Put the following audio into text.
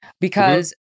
Because-